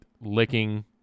licking